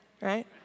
right